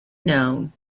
known